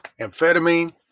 Amphetamine